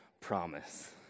promise